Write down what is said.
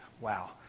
Wow